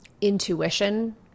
intuition